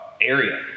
Area